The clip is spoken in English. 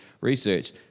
research